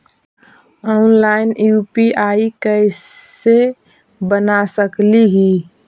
Online UPI कैसे बना सकली ही?